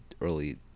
early